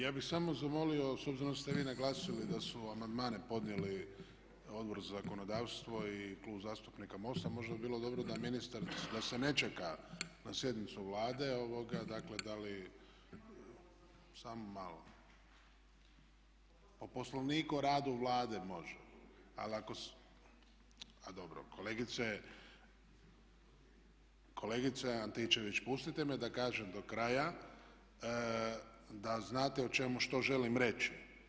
Ja bih samo zamolio, s obzirom da ste vi naglasili da su amandmane podnijeli Odbor za zakonodavstvo i Klub zastupnika MOST-a možda bi bilo dobro da ministar, da se ne čeka na sjednicu Vlade, … [[Upadica se ne čuje.]] samo malo, po Poslovniku o rada Vlade može, kolegice Antičević pustite me da kažem do kraja da znate o čemu, što želim reći.